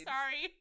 Sorry